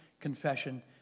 confession